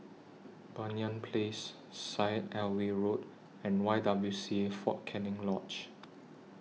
Banyan Place Syed Alwi Road and Y W C A Fort Canning Lodge